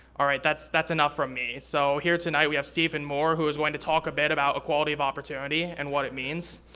all right, that's that's enough from me. so here tonight we have stephen moore who's going to talk a bit about equality of opportunity and what it means.